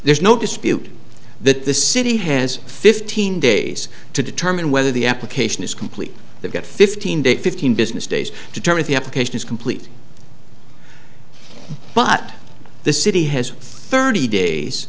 there's no dispute that the city has fifteen days to determine whether the application is complete they've got fifteen day fifteen business days to terminate the application is complete but the city has thirty days